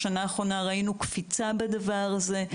השנה האחרונה ראינו קפיצה בדבר הזה.